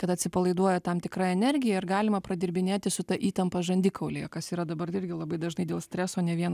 kad atsipalaiduoja tam tikra energija ir galima pradirbinėti su ta įtampa žandikaulyje kas yra dabar irgi labai dažnai dėl streso ne viena